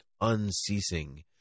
unceasing